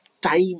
time